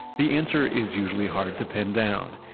the answer is usually hard to pin down.